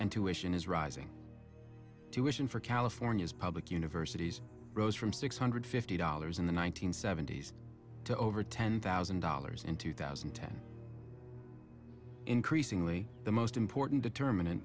and tuition is rising tuition for california's public universities rose from six hundred fifty dollars in the one nine hundred seventy s to over ten thousand dollars in two thousand and ten increasingly the most important determin